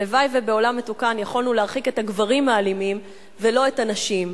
הלוואי שבעולם מתוקן יכולנו להרחיק את הגברים האלימים ולא את הנשים.